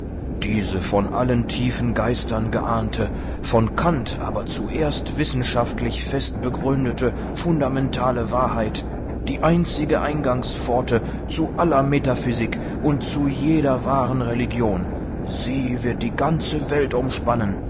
diese von allen tiefen geistern geahnte von kant aber zuerst wissenschaftlich fest begründete fundamentale wahrheit die einzige eingangspforte zu aller metaphysik und zu jeder wahren religion sie wird die ganze welt umspannen